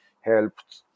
helped